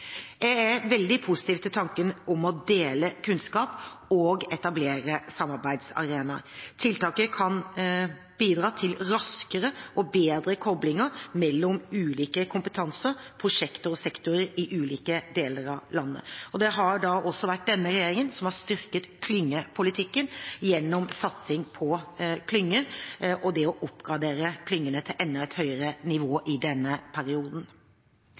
Jeg er veldig positiv til tanken om å dele kunnskap og etablere samarbeidsarenaer. Tiltaket kan bidra til raskere og bedre koblinger mellom ulike kompetanser, prosjekter og sektorer i ulike deler av landet. Det har da også vært denne regjeringen som har styrket klyngepolitikken gjennom satsing på klynger og det å oppgradere klyngene til et enda høyere nivå i denne perioden.